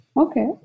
Okay